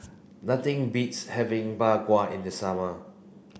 nothing beats having Bak Kwa in the summer